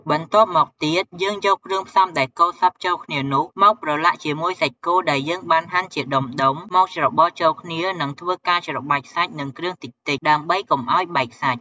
បន្ទាប់មកទៀតយើងយកគ្រឿងផ្សំដែលកូរសព្វចូលគ្នានោះ មកប្រឡាក់ជាមួយសាច់គោដែលយើងបានហាន់ជាដុំៗ មកច្របល់ចូលគ្នានិងធ្វើការច្របាច់សាច់និងគ្រឿងតិចៗ ដើម្បីកុំអោយបែកសាច់។